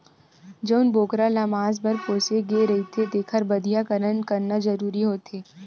जउन बोकरा ल मांस बर पोसे गे रहिथे तेखर बधियाकरन करना जरूरी होथे